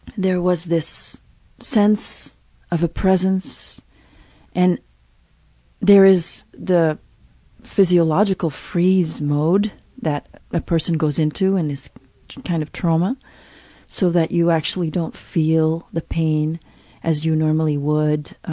there was this sense of a presence and there is the physiological freeze mode that a person goes into and is kind of trauma so that you actually don't feel the pain as you normally would.